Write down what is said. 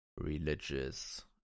Religious